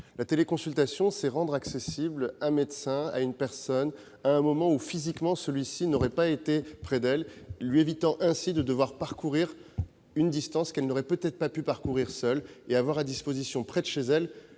la téléconsultation, qui rend accessible un médecin à une personne à un moment où, physiquement, celui-ci n'aurait pas pu être près d'elle. Cela évite au patient de devoir parcourir une distance qu'il n'aurait peut-être pas pu franchir seul et met à sa disposition, près de chez lui,